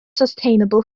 sustainable